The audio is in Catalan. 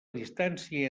distància